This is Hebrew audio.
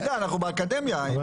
אנחנו באקדמיה, אם כבר.